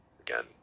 again